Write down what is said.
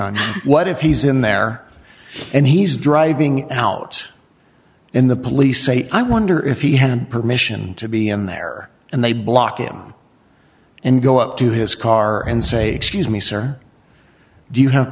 on what if he's in there and he's driving out in the police say i wonder if he had permission to be in there and they block him and go up to his car and say excuse me sir do you have